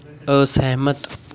ਅਸਹਿਮਤ